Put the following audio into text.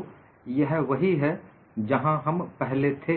तो यह वही है जहां हम पहले थे